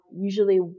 usually